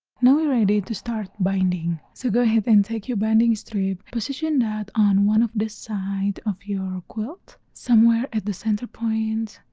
now we're ready to start binding so go ahead and take your binding strip. position that on one of the side of your quilt somewhere at the center point,